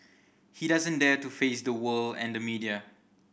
he doesn't dare to face the world and the media